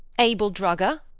abel drugger?